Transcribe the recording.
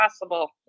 possible